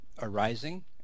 arising